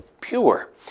pure